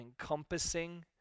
encompassing